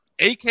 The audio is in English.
AK